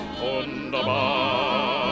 wunderbar